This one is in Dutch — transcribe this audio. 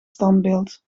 standbeeld